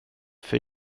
för